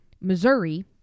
Missouri